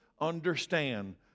understand